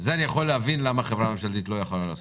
את זה אני יכול להבין למה חברה ממשלתית לא יכולה לעשות.